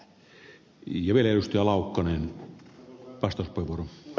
arvoisa herra puhemies